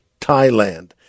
Thailand